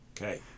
Okay